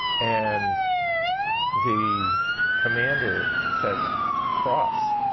and the commander said cross.